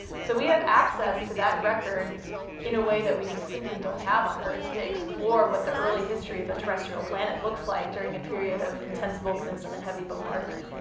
so we have access to that record in a way that we just simply don't have on earth to explore what the early history of a terrestrial planet looks like during a period of intense volcanism and heavy bombardment.